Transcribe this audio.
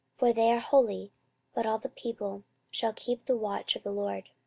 for they are holy but all the people shall keep the watch of the lord.